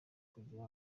kugira